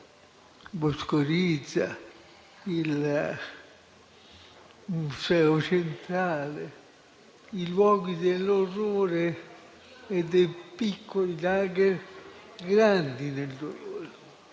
Basovizza, il Museo centrale, i luoghi dell'orrore, piccoli *lager* grandi nel dolore.